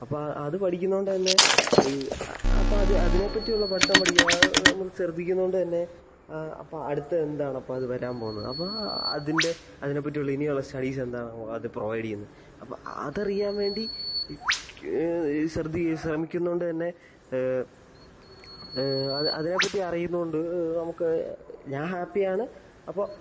അപ്പോൾ അത് പഠിക്കുന്നത് കൊണ്ട്തന്നെ ആ അപ്പോൾ അത് അതിനെ പറ്റിയുള്ള പഠിത്തം പഠിക്കാൻ നമ്മൾ ശ്രദ്ധിക്കുന്നത് കൊണ്ട് തന്നെ അപ്പോൾ അടുത്തത് എന്താണ് അപ്പോൾ വരാൻ പോകുന്നത് അപ്പോൾ അതിൻ്റെ അതിനെ പറ്റി ഇനിയുള്ള സ്റ്റഡീസ് എന്താണ് അത് പ്രൊവൈഡ് ചെയ്യുന്നത് അപ്പോൾ അതറിയാൻ വേണ്ടി ഇ ശ്രദ്ദി ശ്രമിക്കുന്നത് കൊണ്ടുതന്നെ അത് അതിനെ പറ്റി അറിയുന്നത് കൊണ്ട് നമുക്ക് ഞാൻ ഹാപ്പിയാണ് അപ്പോൾ